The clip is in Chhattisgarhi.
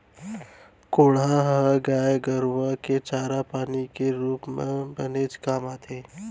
कोंढ़ा ह गाय गरूआ के चारा पानी के रूप म बनेच काम आथे